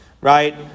right